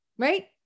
right